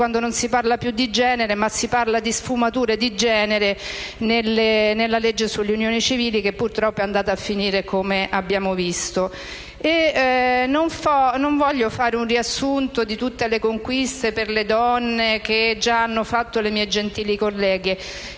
Non voglio fare un riassunto di tutte le conquiste per le donne, già fatto dalle mie colleghe.